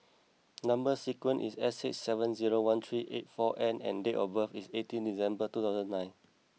number sequence is S six seven zero one three eight four N and date of birth is eighteen December two thousand nine